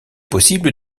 possible